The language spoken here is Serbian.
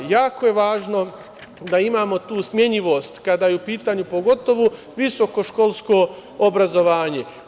Jako je važno da imamo tu smenjivost kada je u pitanju pogotovo visokoškolsko obrazovanje.